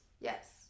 yes